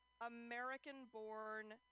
American-born